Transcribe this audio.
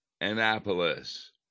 Annapolis